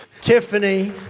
Tiffany